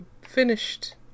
Finished